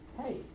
Hey